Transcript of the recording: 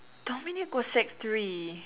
Dominique was sec three